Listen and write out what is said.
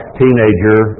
teenager